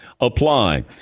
apply